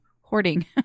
hoarding